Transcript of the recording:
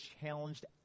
challenged